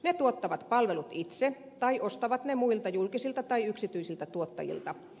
ne tuottavat palvelut itse tai ostavat ne muilta julkisilta tai yksityisiltä tuottajilta